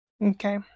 Okay